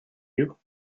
you